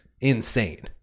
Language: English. insane